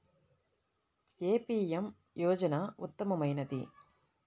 ఏ PM యోజన ఉత్తమమైనది?